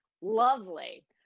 Lovely